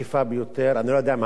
אני לא יודע אם המשרד עשה אותה,